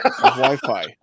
Wi-Fi